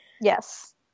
Yes